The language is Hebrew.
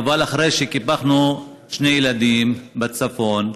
אבל אחרי שקיפחו חיים שני ילדים בצפון.